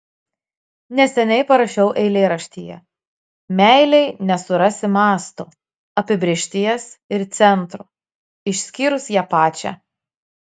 neseniai parašiau eilėraštyje meilei nesurasi masto apibrėžties ir centro išskyrus ją pačią